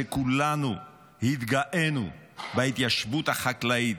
שכולנו התגאינו בהתיישבות החקלאית,